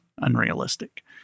unrealistic